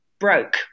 broke